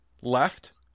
left